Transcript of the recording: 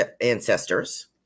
Ancestors